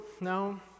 now